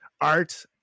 art